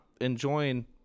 enjoying